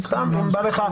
נכון מאוד.